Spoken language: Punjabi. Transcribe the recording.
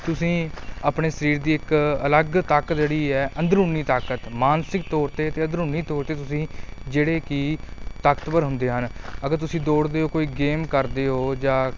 ਤੁਸੀਂ ਆਪਣੇ ਸਰੀਰ ਦੀ ਇੱਕ ਅਲੱਗ ਤਾਕਤ ਜਿਹੜੀ ਹੈ ਅੰਦਰੂਨੀ ਤਾਕਤ ਮਾਨਸਿਕ ਤੌਰ 'ਤੇ ਅਤੇ ਅੰਦਰੂਨੀ ਤੌਰ 'ਤੇ ਤੁਸੀਂ ਜਿਹੜੇ ਕਿ ਤਾਕਤਵਰ ਹੁੰਦੇ ਹਨ ਅਗਰ ਤੁਸੀਂ ਦੌੜਦੇ ਹੋ ਕੋਈ ਗੇਮ ਕਰਦੇ ਹੋ ਜਾਂ